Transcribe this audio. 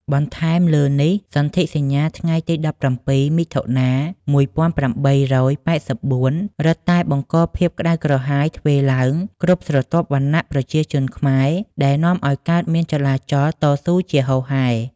បន្ថែមលើនេះសន្ធិសញ្ញាថ្ងៃទី១៧ មិថុនា ១៨៨៤ រឹតតែបង្កភាពក្តៅក្រហាយទ្វេឡើងគ្រប់ស្រទាប់ប្រជាជនខ្មែរ ដែលនាំឱ្យកើតមានចលនាតស៊ូជាហូរហែ។